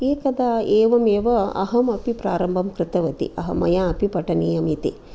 एकदा एवमेव अहमपि प्रारम्भं कृतवती मया अपि पठनीयम् इति